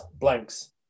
blanks